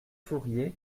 fourier